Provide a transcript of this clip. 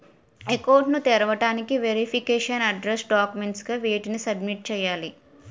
Account ను తెరవటానికి verification address documents గా వేటిని సబ్మిట్ చేయాలి?